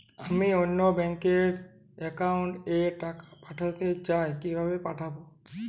আমি অন্য ব্যাংক র অ্যাকাউন্ট এ টাকা পাঠাতে চাই কিভাবে পাঠাবো?